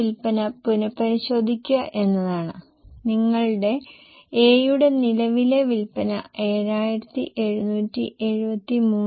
കുറഞ്ഞ വളർച്ചാ നിരക്ക് 10 ശതമാനം മാത്രമേ എടുത്തിട്ടുള്ളൂ അതിനാൽ അത് 1